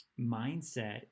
mindset